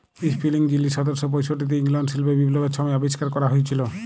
spinning যিলি সতের শ পয়ষট্টিতে ইংল্যাল্ডে শিল্প বিপ্লবের ছময় আবিষ্কার ক্যরা হঁইয়েছিল